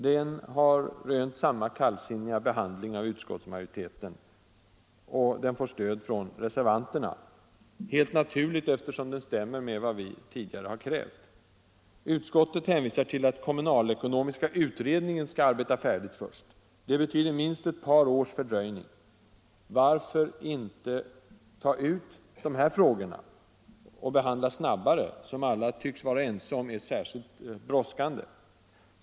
Den har rönt samma kallsinniga behandling av utskottsmajoriteten. Den får stöd av reservanterna — helt naturligt, eftersom den stämmer med vad vi tidigare har föreslagit. Utskottet hänvisar till att kommunalekonomiska utredningen skall arbeta färdigt först. Det betyder minst ett par års fördröjning. Varför inte bryta ut dessa frågor, som alla tycks vara ense om är särskilt brådskande, och behandla dem snabbare?